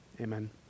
amen